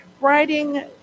writing